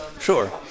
Sure